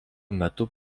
metu